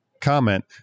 comment